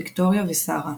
ויקטוריה ושרה.